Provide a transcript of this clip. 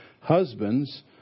Husbands